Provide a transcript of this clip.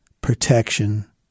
protection